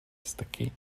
sticky